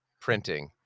printing